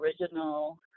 original